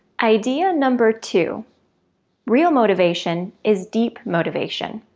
idea number two real motivation is deep motivation.